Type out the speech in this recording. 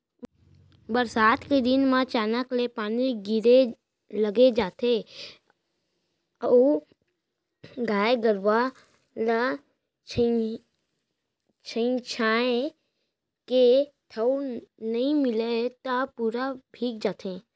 बरसात के दिन म अचानक ले पानी गिरे लग जाथे अउ गाय गरूआ ल छंइहाए के ठउर नइ मिलय त पूरा भींग जाथे